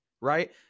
right